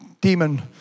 demon